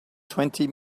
twenty